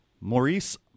Maurice